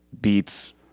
beats